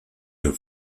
your